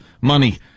money